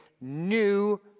new